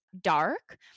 dark